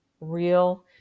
real